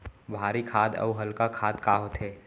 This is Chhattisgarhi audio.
भारी खाद अऊ हल्का खाद का होथे?